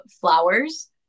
flowers